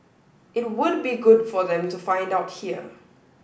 it would be good for them to find out here